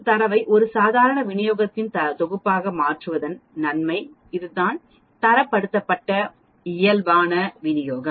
தரவை ஒரு சாதாரண விநியோகத்தின் தொகுப்பாக மாற்றுவதன் நன்மை இதுதான்தரப்படுத்தப்பட்ட இயல்பான விநியோகம்